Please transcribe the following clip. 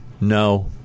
no